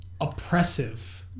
oppressive